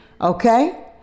Okay